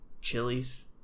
chilies